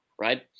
right